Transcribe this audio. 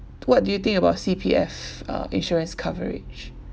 so what do you think about C_P_F uh insurance coverage